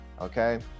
Okay